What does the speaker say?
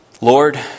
Lord